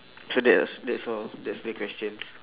so that is that's all that's the questions